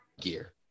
gear